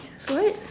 what